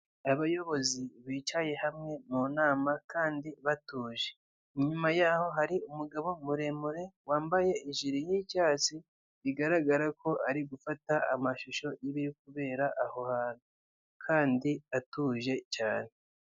Abayobozi bicaye hamwe mu nama kandi batuje. Inyuma yaho hari umugabo muremure wambaye ijire y'icyatsi bigaragara ko ari gufata amashusho y'ibiri kubera aho hantu kandi atuje cyane.